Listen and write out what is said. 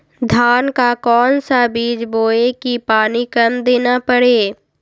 धान का कौन सा बीज बोय की पानी कम देना परे?